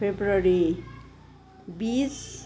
फरवरी बिस